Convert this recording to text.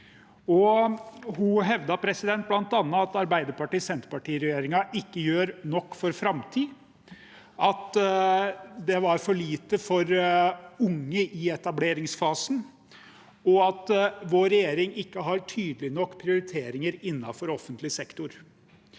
Hun hevdet bl.a. at Arbeiderparti–Senterparti-regjeringen ikke gjør nok for framtiden, at det var for lite for unge i etableringsfasen, og at vår regjering ikke har tydelige nok prioriteringer innenfor offentlig sektor.